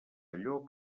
allò